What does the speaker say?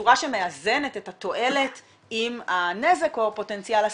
בצורה שמאזנת את התועלת עם הנזק או פוטנציאל הסכנה.